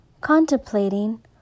contemplating